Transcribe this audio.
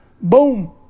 Boom